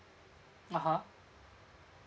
ah ha